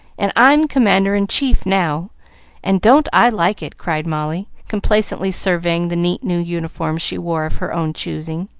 and i'm commander-in-chief now and don't i like it! cried molly, complacently surveying the neat new uniform she wore of her own choosing.